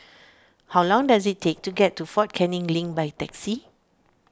how long does it take to get to fort Canning Link by taxi